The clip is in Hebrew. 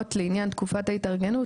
ובהוראות לעניין תקופת ההתארגנות,